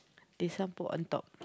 this one put on top